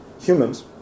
Humans